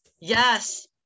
Yes